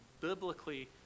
biblically